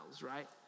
right